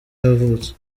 yavutse